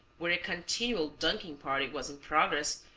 where a continual dunking party was in progress,